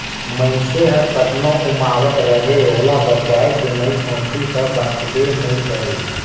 मइनसे हर कतनो उमावत रहें ओला बचाए के नइ सोचही त बांचबे नइ करे